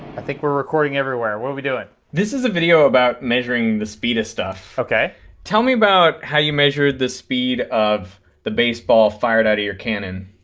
i think we're recording everywhere. what are we doing? this is a video about measuring the speed of stuff. destin ok tell me about how you measured the speed of the baseball fired out of your cannon.